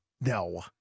No